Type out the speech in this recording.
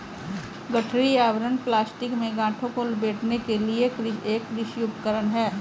गठरी आवरण प्लास्टिक में गांठों को लपेटने के लिए एक कृषि उपकरण है